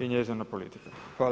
i njezina politika.